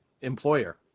employer